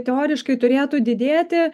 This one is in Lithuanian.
teoriškai turėtų didėti